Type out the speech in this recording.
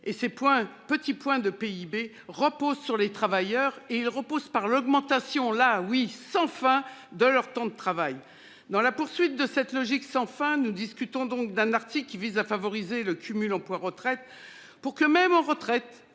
Ces petits points de PIB reposent sur les travailleurs et sur l'augmentation sans fin de leur temps de travail. Dans la poursuite de cette logique sans fin, nous discutons donc d'un article qui vise à favoriser le cumul emploi-retraite pour, même à la retraite,